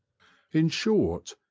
in short,